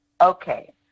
Okay